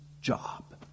job